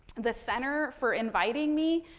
the center for inviting me.